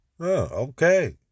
Okay